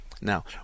Now